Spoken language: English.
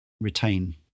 retain